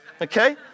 okay